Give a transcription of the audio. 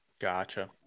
gotcha